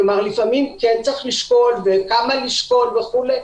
כלומר לפעמים צריך לשקול וכמה לשקול וכולי.